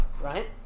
right